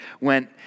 went